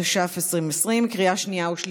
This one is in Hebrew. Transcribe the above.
התש"ף 2020, בקריאה שנייה.